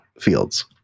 fields